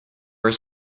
are